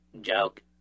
joke